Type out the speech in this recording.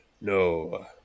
No